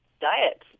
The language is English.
diet